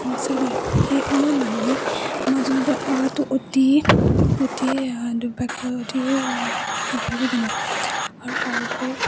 সমস্যা হয় সেই সময়ত মানুহে মাজুলীলৈ অহাটো অতি অতি দুৰ্ভাগ্য় অতি দুৰ্ভাগ্য়জনক আৰু তাৰোপৰিও